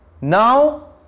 Now